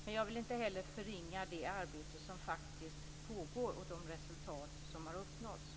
Men jag vill inte heller förringa det arbete som faktiskt pågår och de resultat som har uppnåtts.